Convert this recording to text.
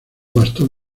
bastón